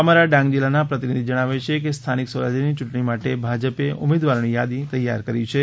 અમારા ડાંગ જિલ્લાના પ્રતિનિધિ જણાવે છે કે સ્થાનિક સ્વરાજ્યની યૂંટણી માટે ભાજપે ઉમેદવારોની યાદી જાહેર કરી છે